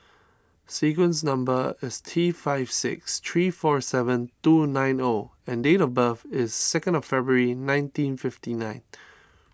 sequence number is T five six three four seven two nine O and date of birth is second of February nineteen fifty nine